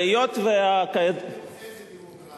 והיות, איזו דמוקרטיה.